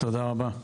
תודה רבה.